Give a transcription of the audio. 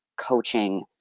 coaching